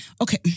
Okay